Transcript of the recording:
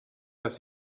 dass